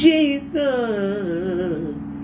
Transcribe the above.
Jesus